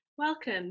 Welcome